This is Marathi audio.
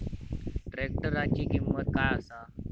ट्रॅक्टराची किंमत काय आसा?